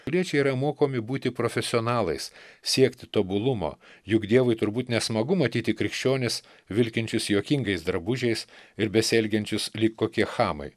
piliečiai yra mokomi būti profesionalais siekti tobulumo juk dievui turbūt nesmagu matyti krikščionis vilkinčius juokingais drabužiais ir besielgiančius lyg kokie chamai